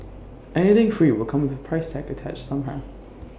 anything free will come with A price tag attached somehow